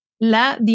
La